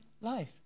life